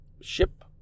ship